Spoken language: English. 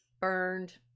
burned